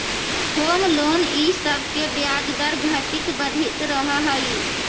home loan इ सब के ब्याज दर घटित बढ़ित रहऽ हई